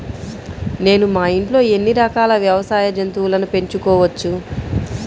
నేను మా ఇంట్లో ఎన్ని రకాల వ్యవసాయ జంతువులను పెంచుకోవచ్చు?